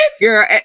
girl